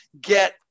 get